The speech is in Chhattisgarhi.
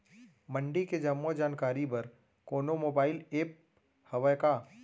मंडी के जम्मो जानकारी बर कोनो मोबाइल ऐप्प हवय का?